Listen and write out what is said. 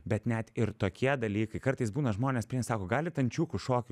bet net ir tokie dalykai kartais būna žmonės sako galit ančiukų šokį